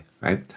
Right